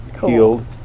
healed